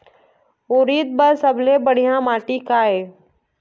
उरीद बर सबले बढ़िया माटी का ये?